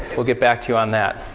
we'll get back to you on that.